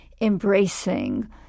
embracing